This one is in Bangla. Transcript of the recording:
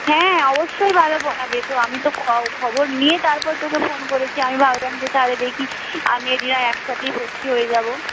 হ্যাঁ অবশ্যই ভালো পড়াবে তো আমি তো খবর নিয়েই তারপর তোকে ফোন করেছি আমি ভাবলাম যে তাহলে দেখি আমি রিনা একসাথেই ভর্তি হয়ে যাব